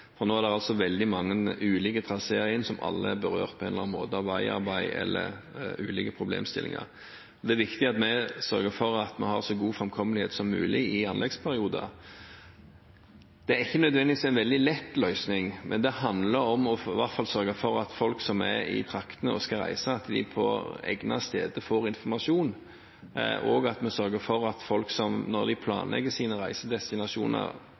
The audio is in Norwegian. Nå er det veldig mange ulike traseer som på en eller annen måte er berørt av veiarbeid og ulike problemstillinger. Det er viktig at vi sørger for at vi har så god framkommelighet som mulig i anleggsperioder. Det er ikke nødvendigvis en veldig lett løsning, men det handler om i hvert fall å sørge for at folk som er på reise i traktene, får informasjon på egnede steder. Vi må også sørge for at folk når de planlegger sine reisedestinasjoner, føler seg trygge på at de faktisk vil komme fram, at